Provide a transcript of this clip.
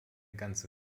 ganze